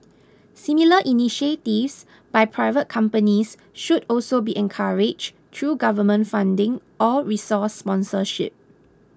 similar initiatives by private companies should also be encouraged through government funding or resource sponsorship